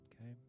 Okay